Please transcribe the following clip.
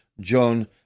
John